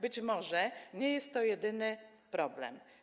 Być może nie jest to jedyny problem.